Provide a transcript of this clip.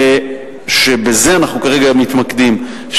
שבזה אנחנו כרגע מתמקדים,